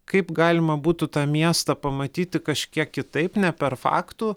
kaip galima būtų tą miestą pamatyti kažkiek kitaip ne per faktų